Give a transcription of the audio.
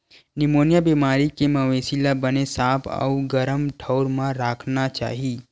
pneumonia बेमारी के मवेशी ल बने साफ अउ गरम ठउर म राखना चाही